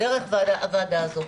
דרך הוועדה הזו.